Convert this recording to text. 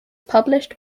published